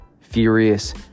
Furious